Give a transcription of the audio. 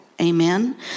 Amen